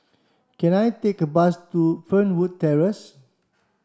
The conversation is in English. can I take a bus to Fernwood Terrace